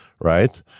right